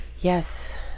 yes